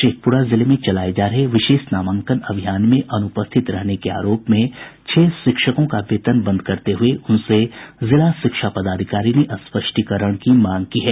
शेखपुरा जिले में चलाये जा रहे विशेष नामांकन अभियान में अनुपस्थित रहने के आरोप में छह शिक्षकों का वेतन बंद करते हुए उनसे जिला शिक्षा पदाधिकारी ने स्पष्टीकरण की मांग की है